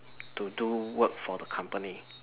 to do work for the company